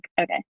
okay